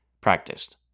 practiced